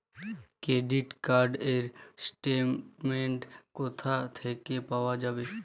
Credit card র statement কোথা থেকে পাওয়া যাবে?